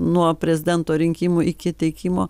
nuo prezidento rinkimų iki teikimo